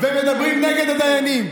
לא אתם,